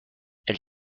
elle